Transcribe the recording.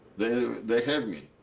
they they have me.